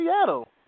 Seattle